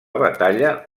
batalla